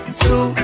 two